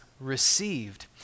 received